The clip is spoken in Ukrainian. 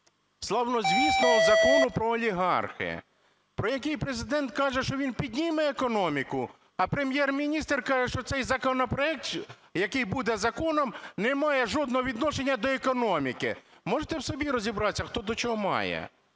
славнозвісного Закону про олігархів, про який Президент каже, що він підніме економіку, а Прем'єр-міністр каже, що цей законопроект, який буде законом, не має жодного відношення до економіки. Можете в собі розібратися, хто до чого має?